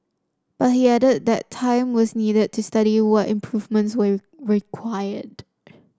but he added that time was needed to study what improvements were required